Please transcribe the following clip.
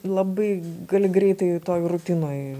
labai gali greitai toj rutinoj